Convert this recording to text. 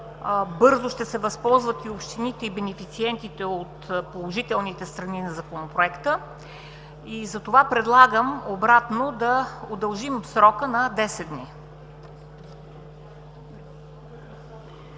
по-бързо ще се възползват и общините, и бенефициентите от положителните страни на Законопроекта и затова предлагам обратно – да удължим срока на 10 дни.